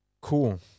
Cool